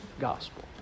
gospel